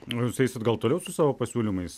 jūs eisit gal toliau su savo pasiūlymais